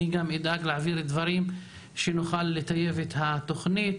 אני גם אדאג להעביר דברים כדי שנוכל לטייב את התוכנית,